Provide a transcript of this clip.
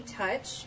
touch